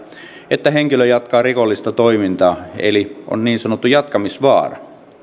että henkilö jatkaa rikollista toimintaa eli on niin sanottu jatkamisvaara